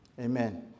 amen